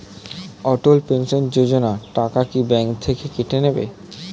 অটল pension Yojana টাকা কি bank থেকে কেটে নেবে?